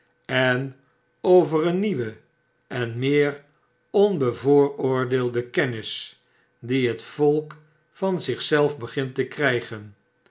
en over een nieuwe en meer onbevooroordeelde kennis die het volk van zich zelf begint te krygen